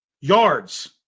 Yards